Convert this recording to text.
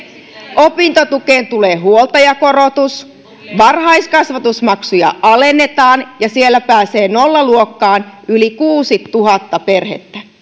opintotukeen tulee huoltajakorotus varhaiskasvatusmaksuja alennetaan ja siellä pääsee nollaluokkaan yli kuusituhatta perhettä